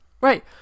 Right